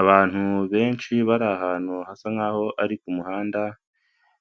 Abantu benshi bari ahantu hasa nk'aho ari ku muhanda,